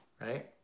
right